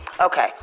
Okay